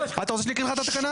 אתה רוצה שאני אקריא לך את התקנה?